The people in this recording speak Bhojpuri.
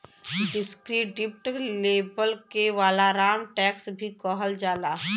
डिस्क्रिप्टिव लेबल के वालाराम टैक्स भी कहल जाला